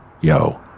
Yo